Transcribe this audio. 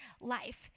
life